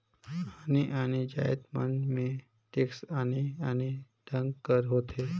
आने आने जाएत मन में टेक्स आने आने ढंग कर होथे